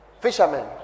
fishermen